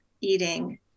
eating